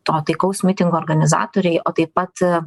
to taikaus mitingo organizatoriai o taip pat